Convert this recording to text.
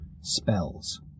spells